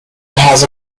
has